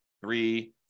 three